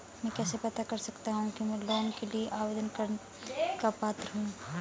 मैं कैसे पता कर सकता हूँ कि मैं लोन के लिए आवेदन करने का पात्र हूँ?